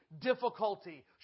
difficulty